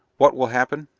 what will happen?